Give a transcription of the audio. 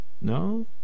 No